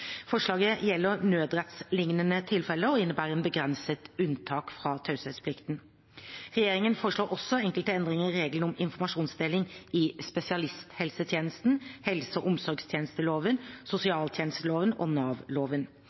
Forslaget gjelder nødrettslignende tilfeller og innebærer et begrenset unntak fra taushetsplikten. Regjeringen foreslår også enkelte endringer i reglene om informasjonsdeling i spesialisthelsetjenesteloven, helse- og omsorgstjenesteloven, sosialtjenesteloven og